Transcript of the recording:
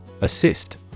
Assist